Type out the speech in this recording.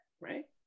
right